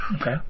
Okay